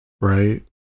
right